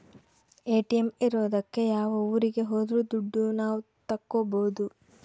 ATM ಇರೋದಕ್ಕೆ ಯಾವ ಊರಿಗೆ ಹೋದ್ರು ದುಡ್ಡು ನಾವ್ ತಕ್ಕೊಬೋದು